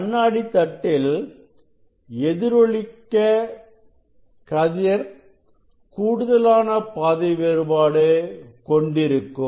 கண்ணாடித் தட்டில் எதிரொலிக்க கதிர் கூடுதலான பாதை வேறுபாடு கொண்டிருக்கும்